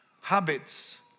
habits